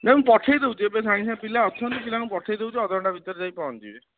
ନା ମୁଁ ପଠାଇ ଦେଉଛି ଏବେ ସାଙ୍ଗେ ସାଙ୍ଗେ ପିଲା ଅଛନ୍ତି ପିଲାଙ୍କୁ ପଠାଇ ଦେଉଛି ଅଧଘଣ୍ଟା ଭିତରେ ଯାଇକି ପହଞ୍ଚି ଯିବେ